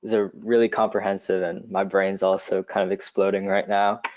is ah really comprehensive, and my brain is also kind of exploding right now.